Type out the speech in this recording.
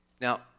Now